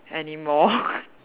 anymore